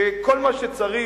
שכל מה שצריך,